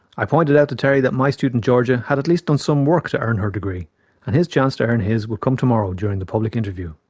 i pointed out to terry that my student georgia had at least done some work to earn her degree and that his chance to earn his would come tomorrow during the public interview.